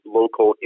local